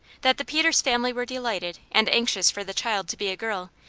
that the peters family were delighted and anxious for the child to be a girl,